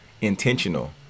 intentional